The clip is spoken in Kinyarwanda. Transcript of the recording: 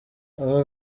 aka